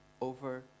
over